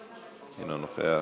אינו נוכח,